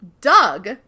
Doug